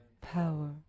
power